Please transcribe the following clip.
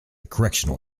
correctional